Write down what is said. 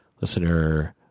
listener